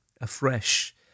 afresh